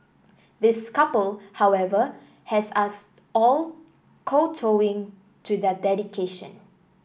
this couple however has us all kowtowing to their dedication